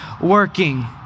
working